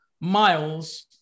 Miles